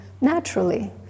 naturally